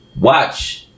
watch